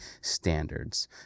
standards